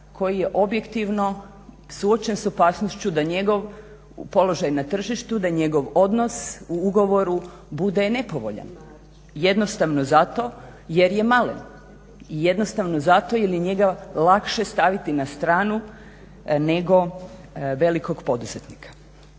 koji je objektivno suočen s opasnošću da njegov položaj na tržištu, da njegov odnos u ugovoru bude nepovoljan jednostavno zato jer je malen i jednostavno zato jer je njega lakše staviti na stranu nego velikog poduzetnika.